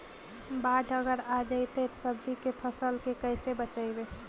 बाढ़ अगर आ जैतै त सब्जी के फ़सल के कैसे बचइबै?